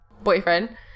boyfriend